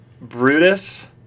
Brutus